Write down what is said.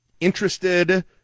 interested